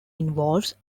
involves